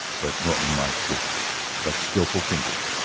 but norton marked with what skilful fingers,